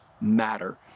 matter